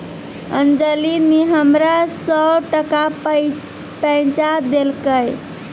अंजली नी हमरा सौ टका पैंचा देलकै